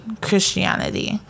Christianity